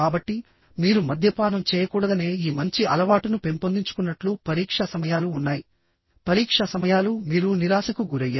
కాబట్టి మీరు మద్యపానం చేయకూడదనే ఈ మంచి అలవాటును పెంపొందించుకున్నట్లు పరీక్షా సమయాలు ఉన్నాయి పరీక్షా సమయాలు మీరు నిరాశకు గురయ్యారు